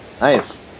Nice